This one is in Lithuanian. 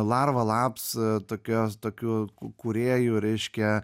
larvalaps tokios tokiu kūrėju reiškia